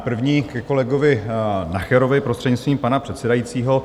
První ke kolegovi Nacherovi, prostřednictvím pana předsedajícího.